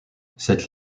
cette